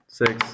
six